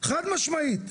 חד משמעית.